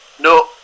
No